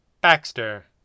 Baxter